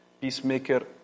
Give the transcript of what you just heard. Peacemaker